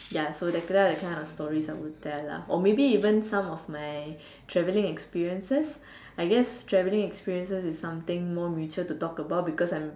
ya so that kind of stories I could tell lah or maybe even some of my travelling experiences I guess travelling experiences is something more mutual to talk about because I'm